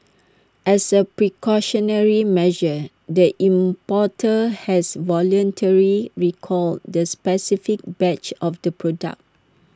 as A precautionary measure the importer has voluntary recalled the specific batch of the product